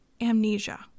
amnesia